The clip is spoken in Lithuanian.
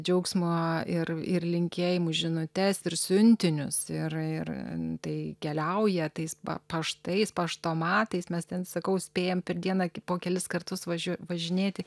džiaugsmo ir ir linkėjimų žinutes ir siuntinius ir tai keliauja tais va paštais paštomatais mes ten sakau spėjam per dieną po kelis kartus važiuoti važinėti